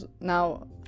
now